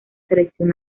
selección